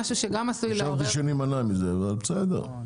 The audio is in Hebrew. חשבתי שנימנע מזה, אבל בסדר.